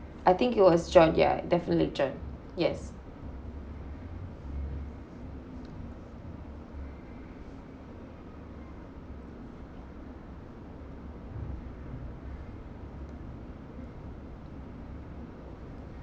I think he was john ya definitely john yes